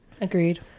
Agreed